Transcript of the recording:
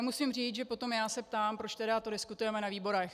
Musím říct, že potom já se ptám, proč tedy to diskutujeme na výborech.